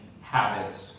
habits